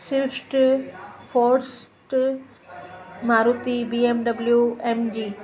श्रीष्ट फोर्स्ट Maruti B M W M जी